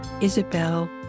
Isabel